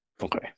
Okay